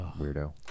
Weirdo